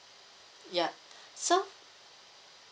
yup so